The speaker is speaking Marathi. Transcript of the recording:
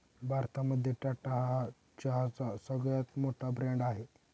भारतामध्ये टाटा हा चहाचा सगळ्यात मोठा ब्रँड आहे